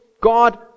God